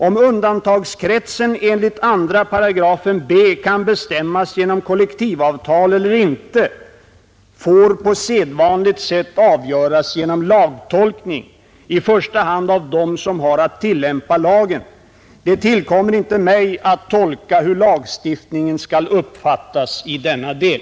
Om undantagskretsen enligt 2 § b kan bestämmas genom kollektivavtal eller inte får på sedvanligt sätt avgöras genom lagtolkning — i första hand av dem som har att tillämpa lagen. Det tillkommer inte mig att tolka hur lagstiftningen skall uppfattas i denna del.